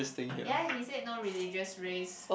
ya he said no religious race